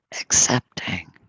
accepting